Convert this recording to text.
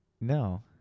No